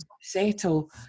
settle